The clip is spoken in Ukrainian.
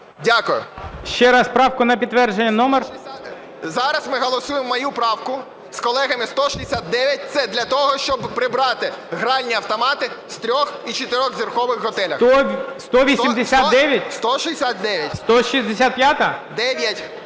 Я.І. Зараз ми голосуємо мою правку з колегами, 169. Це для того, щоб прибрати гральні автомати з трьох- і чотирьохзіркових готелів.